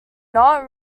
not